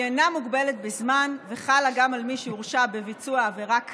היא אינה מוגבלת בזמן וחלה גם על מי שהורשע בביצוע עבירה קלה.